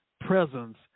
presence